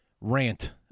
rant